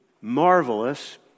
marvelous